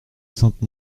sainte